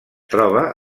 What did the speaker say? troba